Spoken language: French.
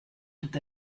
tout